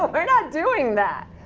ah we're not doing that.